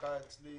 ובמשפחה אצלי,